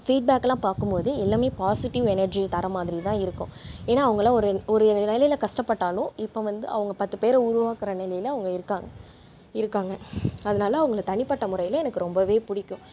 ஃபீட்பேக்லாம் பாக்கும்போது எல்லாம் positive energy தர மாதிரிதான் இருக்கும் ஏன்னா அவங்களாம் ஒரு ஒரு வேலையில் கஷ்ட்டபட்டாலும் இப்போ வந்து அவங்க பத்து பேரை உருவாக்குகிற நிலைல அவங்க இருக்காங்க இருக்காங்க அதனால் அவங்களை தனி பட்ட முறையில் எனக்கு ரொம்ப பிடிக்கும்